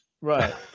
right